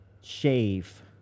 shave